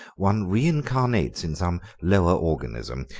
one reincarnates in some lower organism.